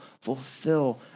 fulfill